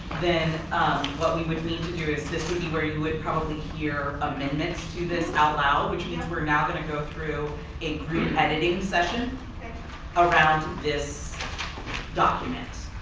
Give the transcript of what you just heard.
then what we would need to do is this and is where you would probably hear amendments to this out loud, which means we're now going to go through a group editing session around this document.